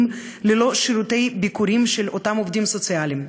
ללא שירותי ביקורים של אותם עובדים סוציאליים.